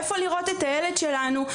איפה לראות את הילד שלנו?